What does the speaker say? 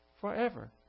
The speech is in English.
forever